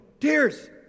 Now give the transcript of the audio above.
tears